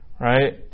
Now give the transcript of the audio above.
Right